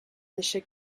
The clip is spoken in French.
échec